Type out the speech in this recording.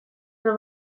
про